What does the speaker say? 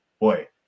boy